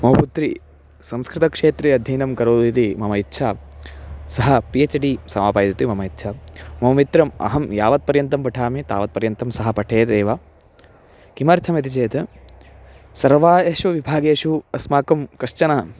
मम पुत्री संस्कृतक्षेत्रे अध्ययनं करोतु इति मम इच्छा सः पि एच् डि समापयतु इति मम इच्छा मम मित्रम् अहं यावत्पर्यन्तं पठामि तावत्पर्यन्तं सः पठेदेव किमर्थमिति चेत् सर्वेषु विभागेषु अस्माकं कश्चन